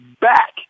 back